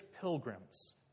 pilgrims